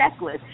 checklist